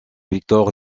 victor